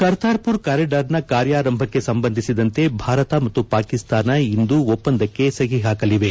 ಕರ್ತಾರ್ಪುರ್ ಕಾರಿಡಾರ್ನ ಕಾರ್ಯಾರಂಭಕ್ಕೆ ಸಂಬಂಧಿಸಿದಂತೆ ಭಾರತ ಮತ್ತು ಪಾಕಿಸ್ತಾನ ಇಂದು ಒಪ್ಸಂದಕ್ಕೆ ಸಹಿ ಹಾಕಲಿವೆ